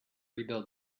rebuild